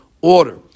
order